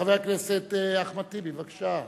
חבר הכנסת אחמד טיבי, בבקשה.